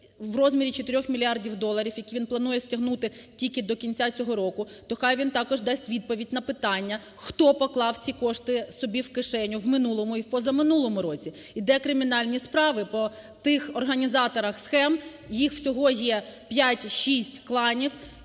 в розмірі 4 мільярдів доларів, які він планує стягнути тільки до кінця цього року, той хай він також дасть відповідь на питання, хто поклав ці кошти собі в кишеню в минулому і в позаминулому році, і де кримінальні справи по тих організаторах схем, їх всього є 5-6 кланів,